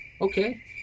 okay